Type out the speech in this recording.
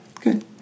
good